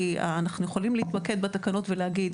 כי אנחנו יכולים להתמקד בתקנות ולהגיד